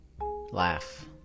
laugh